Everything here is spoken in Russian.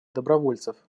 добровольцев